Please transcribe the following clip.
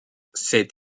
cet